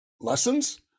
lessons